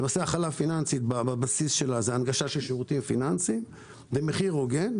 הכלה פיננסית בבסיס שלה היא הנגשה של שירותים פיננסיים במחיר הוגן,